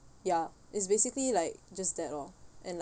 ya it's basically like just that lor and like